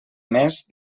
més